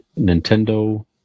nintendo